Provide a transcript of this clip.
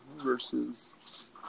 Versus